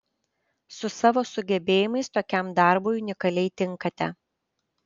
su savo sugebėjimais tokiam darbui unikaliai tinkate